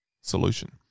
solution